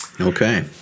Okay